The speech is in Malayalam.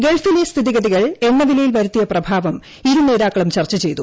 ഗൾഫിലെ സ്ഥിതി ഗതികൾ എണ്ണുവിലയിൽ വരുത്തിയ പ്രഭാവം ഇരുനേതാക്കളും ചർച്ച ചെയ്തു